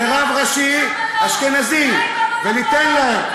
ורב ראשי אשכנזי, וניתן להם.